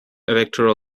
electoral